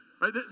right